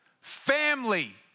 family